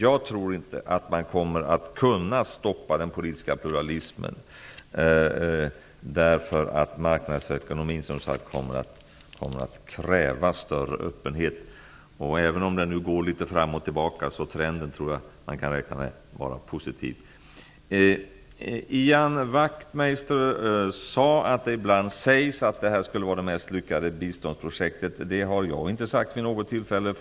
Jag tror inte att man kommer att kunna stoppa den politiska pluralismen, eftersom marknadsekonomin kommer att kräva en större öppenhet. Även om det nu går litet fram och tillbaka, tror jag att man kan räkna med att trenden kommer att vara positiv. Ian Wachtmeister sade att det ibland görs gällande att Bai Bang-projektet skulle vara vårt mest lyckade biståndsprojekt. Det har jag inte vid något tillfälle sagt.